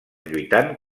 lluitant